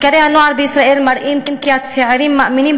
מחקרי הנוער בישראל מראים כי הצעירים מאמינים